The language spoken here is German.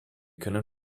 können